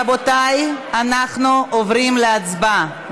רבותיי, אנחנו עוברים להצבעה.